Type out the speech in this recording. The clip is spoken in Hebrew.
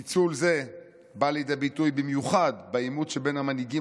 פיצול זה בא לידי ביטוי במיוחד בעימות שבין המנהיגים